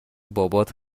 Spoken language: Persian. بابات